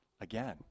again